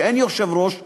שאין יושב-ראש מכהן,